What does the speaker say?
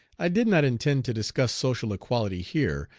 i did not intend to discuss social equality here,